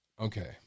Okay